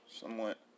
somewhat